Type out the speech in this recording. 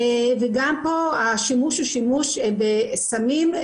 וגם פה השימוש הוא שימוש בסמים,